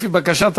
לפי בקשת הסיעה,